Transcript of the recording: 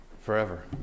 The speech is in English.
forever